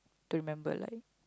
to remember like